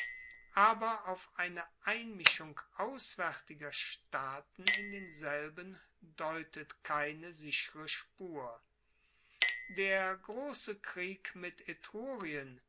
aber auf eine einmischung auswaertiger staaten in denselben deutet keine sichere spur der grosse krieg mit